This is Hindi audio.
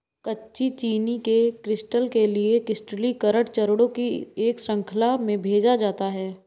कच्ची चीनी के क्रिस्टल के लिए क्रिस्टलीकरण चरणों की एक श्रृंखला में भेजा जाता है